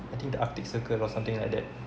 I think the arctic circle or something like that